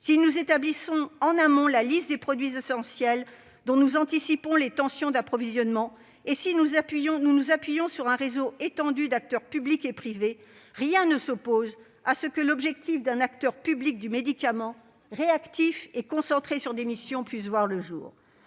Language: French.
si nous établissons en amont la liste des produits essentiels dont nous anticipons les tensions d'approvisionnement et si nous nous appuyons sur un réseau étendu d'acteurs publics et privés, rien ne s'oppose à ce que l'objectif d'un acteur public du médicament, réactif et centré sur des missions, puisse voir le jour.